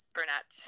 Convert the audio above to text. Burnett